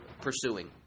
pursuing